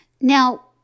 Now